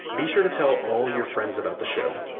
be sure to tell all your friends about the show.